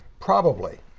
probably.